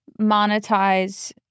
monetize